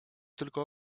tylko